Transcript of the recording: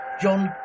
John